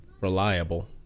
reliable